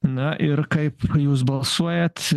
na ir kaip jūs balsuojat